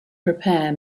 prepare